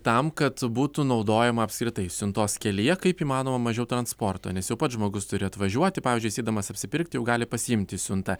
tam kad būtų naudojama apskritai siuntos kelyje kaip įmanoma mažiau transporto nes jau pats žmogus turi atvažiuoti pavyzdžiui jis eidamas apsipirkti jau gali pasiimti siuntą